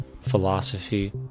philosophy